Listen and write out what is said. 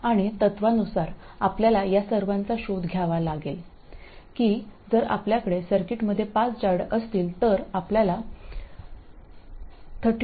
आणि तत्त्वानुसार आपल्याला या सर्वांचा शोध घ्यावा लागेल की जर आपल्याकडे सर्किटमध्ये 5 डायोड असतील तर आपल्याला 32 संभाव्यता तपासल्या पाहिजेत